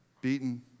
beaten